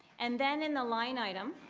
and then in the line item,